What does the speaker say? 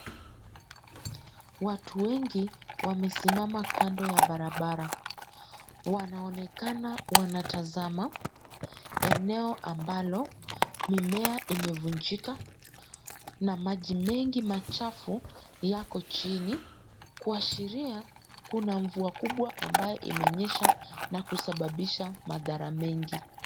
Watu wengi wamesimama kando ya barabara. Wanaonekana wanatazama eneo ambalo mimea imevunjika na maji mengi machafu yako chini kuashiria kuna mvua kubwa ambayo imenyesha na kusababisha madhara mengi.